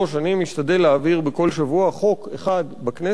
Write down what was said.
אני משתדל להעביר בכל שבוע חוק אחד בכנסת.